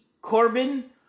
Corbin